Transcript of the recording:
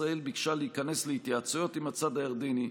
ישראל ביקשה להיכנס להתייעצויות עם הצד הירדני.